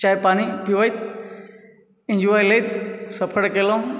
चाय पानि पीबैत एंजॉय लै तऽ सफ़र कयलहुँ